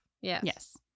Yes